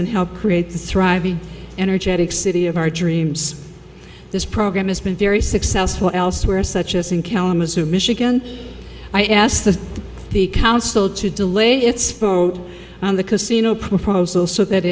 and help create thriving energetic city of our dreams this program has been very successful elsewhere such as in kalamazoo michigan i asked the the council to delay its on the casino proposal so that